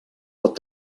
pot